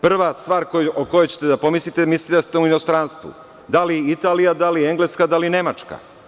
Prva stvar o kojoj će te da pomislite je da mislite da ste u inostranstvu, da li je Italija, da li je Engleska, da li je Nemačka.